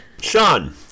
Sean